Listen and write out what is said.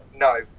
No